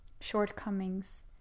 shortcomings